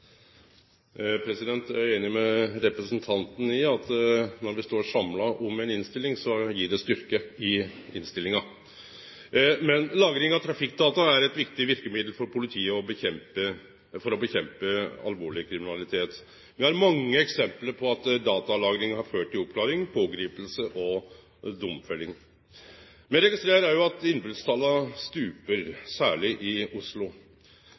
i at når vi står samla om ei innstilling, så styrkjer det innstillinga. Lagring av trafikkdata er eit viktig verkemiddel for politiet for å kjempe mot alvorleg kriminalitet. Me har mange eksempel på at datalagring har ført til oppklaring, pågriping og domfelling. Me registrerer òg at innbrotstala stuper, særleg i Oslo.